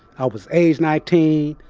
i was age nineteen.